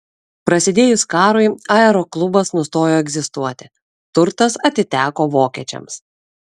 prasidėjus karui aeroklubas nustojo egzistuoti turtas atiteko vokiečiams